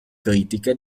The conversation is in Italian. critiche